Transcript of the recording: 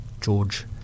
George